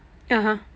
(uh huh)